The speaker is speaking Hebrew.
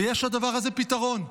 ויש לדבר הזה פתרון.